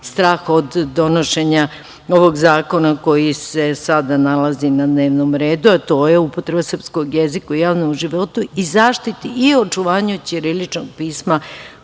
strah od donošenja ovog zakona koji se sada nalazi na dnevnom redu, a to je upotreba srpskog jezika u javnom životu i zaštiti i očuvanju ćiriličnog pisma